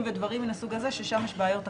ודברים מהסוג הזה ששם יש בעיות אחרות.